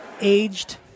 aged